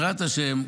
ובעזרת השם,